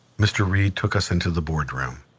mr. reid took us into the board room,